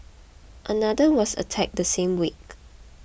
another was attacked the same week